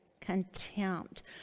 contempt